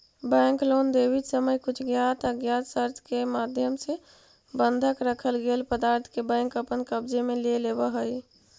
bank loan देवित समय कुछ ज्ञात अज्ञात शर्त के माध्यम से बंधक रखल गेल पदार्थ के बैंक अपन कब्जे में ले लेवऽ हइ